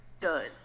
done